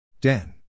Dan